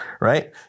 right